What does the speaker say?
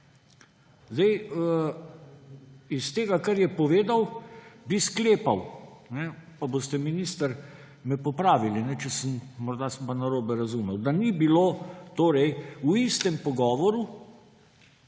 Iz tega, kar je povedal, bi sklepal – pa boste, minister, me popravili, če sem, morda sem pa narobe razumel –, da ni bilo torej v istem pogovoru